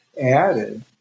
added